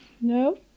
No